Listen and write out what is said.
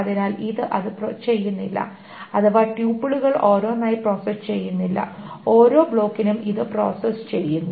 അതിനാൽ ഇത് അത് ചെയ്യുന്നില്ല അഥവാ ട്യൂപ്പിളുകൾ ഓരോന്നായി പ്രോസസ്സ് ചെയ്യുന്നില്ല ഓരോ ബ്ലോക്കിനും ഇത് പ്രോസസ്സ് ചെയ്യുന്നു